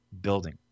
building